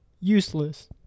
useless